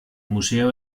museo